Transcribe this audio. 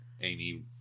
Amy